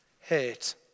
Hate